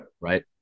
right